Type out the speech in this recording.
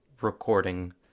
recording